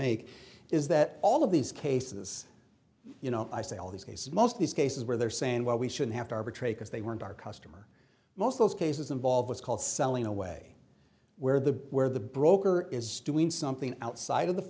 make is that all of these cases you know i say all these cases most of these cases where they're saying well we should have to arbitrate because they weren't our customer most those cases involve what's called selling away where the where the broker is doing something outside of the